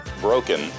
Broken